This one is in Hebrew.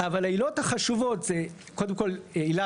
אבל העילות החשובות זה קודם כל עילה